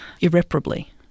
irreparably